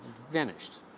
Vanished